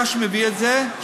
רש"י מביא את זה,